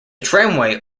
tramway